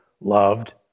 loved